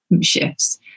shifts